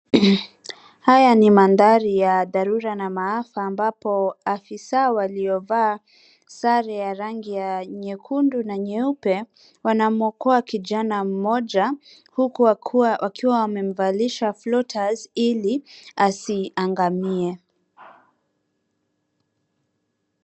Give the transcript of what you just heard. Haya ni mandhari ya dharura na maafa, ambapo afisa waliovaa sare ya rangi ya nyekundu na nyeupe, wanamuokoa kijana mmoja, huku wakiwa wamemvalisha floaters ili asiangamie.